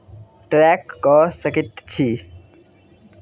track कऽ सकैत छी